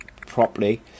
properly